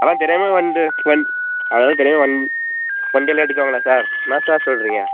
அதெலாம் தெரியாமல் வந்து அதெலாம் தெரியாமல் வந்து வண்டியெல்லாம் எடுப்பாங்களா சார் என்ன சார் சொல்லுறிங்க